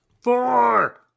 Four